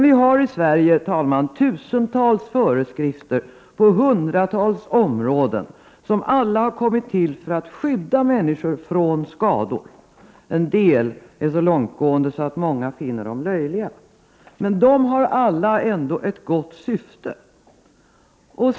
Vi har i Sverige tusentals föreskrifter på hundratals områden som alla har kommit till för att skydda människor från skador — en del är så långtgående att många finner dem löjliga — men de har alla ändå ett gott syfte.